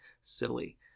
silly